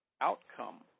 outcome